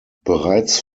bereits